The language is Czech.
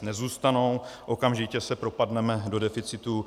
Nezůstanou, okamžitě se propadneme do deficitu.